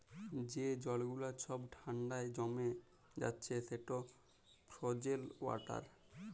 যে জল গুলা ছব ঠাল্ডায় জমে যাচ্ছে সেট ফ্রজেল ওয়াটার